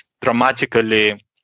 dramatically